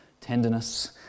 tenderness